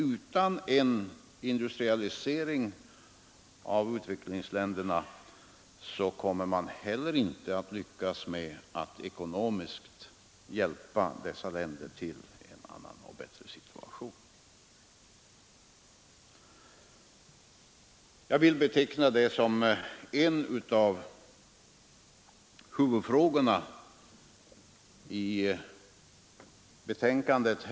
Utan en industrialisering av utvecklingsländerna kommer man heller inte att lyckas hjälpa dessa länder ekonomiskt till en annan och bättre situation. Jag vill beteckna detta som en av huvudfrågorna i betänkandet.